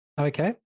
okay